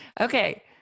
Okay